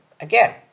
Again